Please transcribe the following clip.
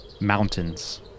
Mountains